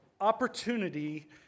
opportunity